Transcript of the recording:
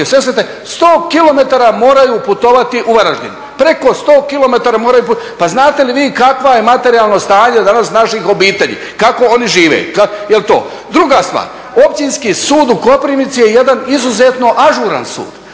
moraju putovati u Varaždin. Preko sto kilometara moraju putovati. Pa znate li vi kakvo je materijalno stanje danas naših obitelji, kako oni žive. Druga stvar. Općinski sud u Koprivnici je jedan izuzetno ažuran sud,